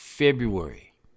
February